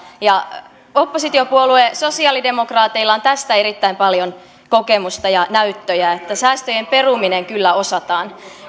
oppositiopuolue sosialidemokraateilla on tästä erittäin paljon kokemusta ja näyttöjä että säästöjen peruminen kyllä osataan